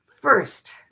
First